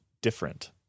different